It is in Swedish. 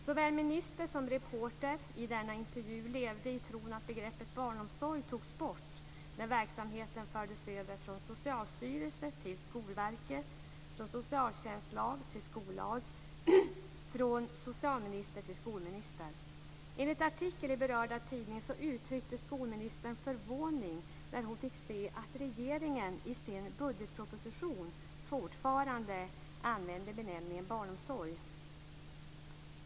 Såväl minister som reporter i denna intervju levde i tron att begreppet barnomsorg togs bort när verksamheten fördes över från Socialstyrelsen till Skolverket, från socialtjänstlag till skollag och från socialminister till skolminister. Enligt artikeln i berörda tidning uttryckte skolministern förvåning när hon fick se att regeringen i sin budgetproposition fortfarande använde benämningen barnomsorg.